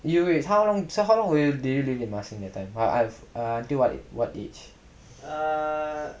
you wait how long so how long did you live in marsiling your life till what what age